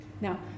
Now